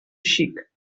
xic